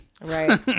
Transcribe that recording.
Right